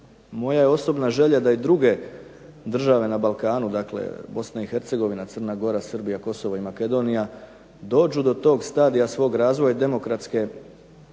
Moja osobna želja da i druge države na Balkanu, Bosna i Hercegovina, Srbija, Crna Gora, Kosovo i Makedonija dođu do tog stadija svog razvoja demokratske razine